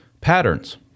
Patterns